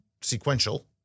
sequential